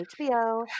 HBO